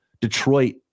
Detroit